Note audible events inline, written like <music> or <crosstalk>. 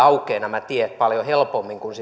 <unintelligible> aukeavat nämä tiet paljon helpommin kuin <unintelligible>